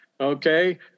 Okay